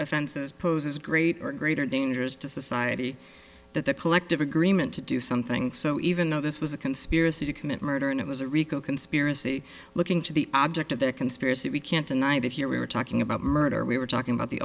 offenses pose as great or greater dangers to society that the collective agreement to do something so even though this was a conspiracy to commit murder and it was a rico conspiracy looking to the object of the conspiracy we can't deny that here we were talking about murder we were talking about the